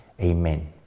Amen